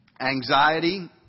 anxiety